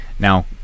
Now